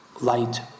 light